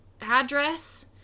address